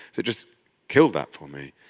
it just killed that for me,